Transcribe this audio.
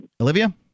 Olivia